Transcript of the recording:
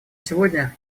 сегодня